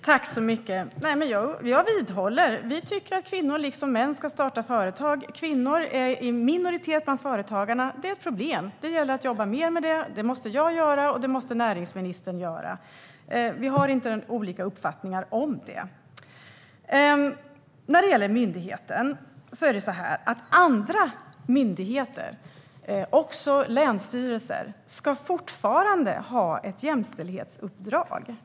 Herr talman! Jag vidhåller att vi tycker att kvinnor, liksom män, ska starta företag. Kvinnor är i minoritet bland företagarna. Det är ett problem som det gäller att jobba mer med. Det måste jag och näringsministern göra. Vi har inte olika uppfattningar om detta. När det gäller myndigheten ska andra myndigheter och länsstyrelser fortfarande ha ett jämställdhetsuppdrag.